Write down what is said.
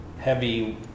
heavy